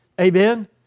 Amen